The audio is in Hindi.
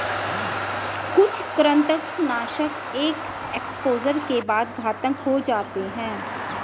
कुछ कृंतकनाशक एक एक्सपोजर के बाद घातक हो जाते है